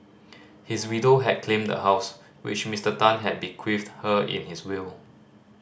his widow had claimed the house which Mister Tan had bequeathed her in his will